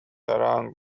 around